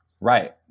Right